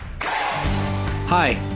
Hi